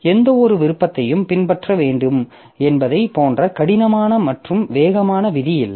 எந்தவொரு விருப்பத்தையும் பின்பற்ற வேண்டும் என்பது போன்ற கடினமான மற்றும் வேகமான விதி இல்லை